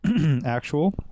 actual